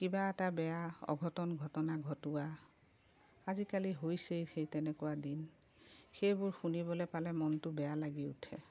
কিবা এটা বেয়া অঘটন ঘটনা ঘটোৱা আজিকালি হৈছেই সেই তেনেকুৱা দিন সেইবোৰ শুনিবলৈ পালে মনটো বেয়া লাগি উঠে